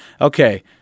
Okay